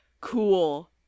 cool